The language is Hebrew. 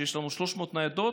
שיש לנו 300 ניידות.